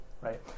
right